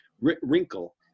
wrinkle